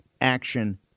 action